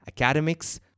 academics